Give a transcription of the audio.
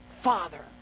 Father